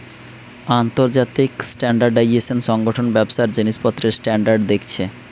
আন্তর্জাতিক স্ট্যান্ডার্ডাইজেশন সংগঠন ব্যবসার জিনিসপত্রের স্ট্যান্ডার্ড দেখছে